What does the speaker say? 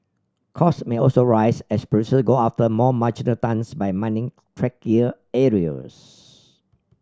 costs may also rise as producers go after more marginal tons by mining trickier areas